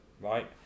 right